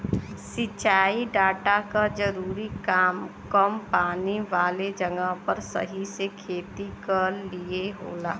सिंचाई डाटा क जरूरी काम कम पानी वाले जगह पर सही से खेती क लिए होला